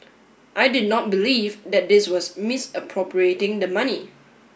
I did not believe that was misappropriating the money